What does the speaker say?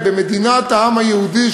במדינת העם היהודי,